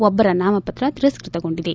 ಒಬ್ಲರ ನಾಮಪತ್ರ ತಿರಸ್ನತಗೊಂಡಿದೆ